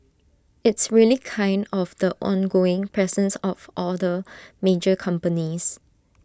it's really kind of the ongoing presence of all the major companies